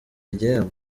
igihembo